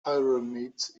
pyramids